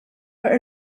were